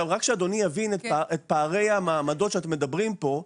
רק שאדוני יבין את פערי המעמדות שאתם מדברים פה.